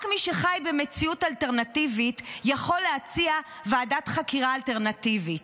רק מי שחי במציאות אלטרנטיבית יכול להציע ועדת חקירה אלטרנטיבית.